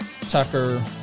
Tucker